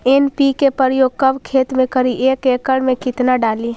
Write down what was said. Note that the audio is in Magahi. एन.पी.के प्रयोग कब खेत मे करि एक एकड़ मे कितना डाली?